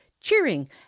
cheering